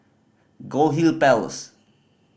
Goldhill Place